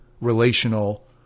relational